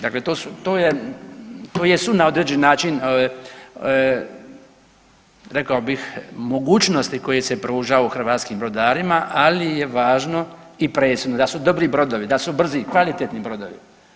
Dakle, to su na određeni način rekao bih mogućnosti koje se pružaju hrvatskim brodarima ali je važno i presudno da su dobri brodovi, da su brzi i kvalitetni brodovi.